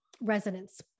resonance